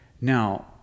Now